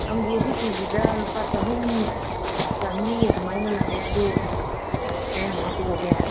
ꯑꯪꯒꯨꯔꯗꯤ ꯀꯦꯖꯤꯗ ꯂꯨꯄꯥ ꯆꯍꯨꯝ ꯆꯥꯃꯔꯤ ꯑꯗꯨꯃꯥꯏꯅ ꯂꯥꯛꯑꯦ ꯑꯗꯨ ꯀꯌꯥꯝ ꯍꯥꯞꯄꯛꯑꯣꯒꯦ